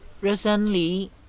recently